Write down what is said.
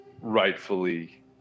Rightfully